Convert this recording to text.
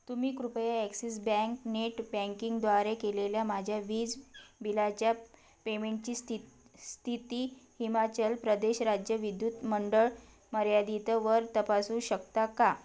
तुम्ही कृपया Axis bank net बँकिंगद्वारे केलेल्या माझ्या वीज बिलाच्या पेमेंटची स्थित स्थिती हिमाचल प्रदेश राज्य विद्युत मंडळ मर्यादितवर तपासू शकता का